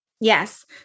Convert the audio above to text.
Yes